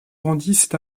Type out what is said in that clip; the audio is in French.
grandissent